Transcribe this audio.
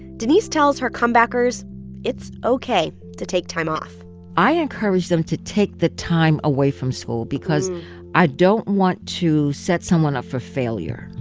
denise tells her comebackers it's ok to take time off i encourage them to take the time away from school because i don't want to set someone up for failure